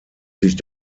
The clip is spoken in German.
sich